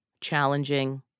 challenging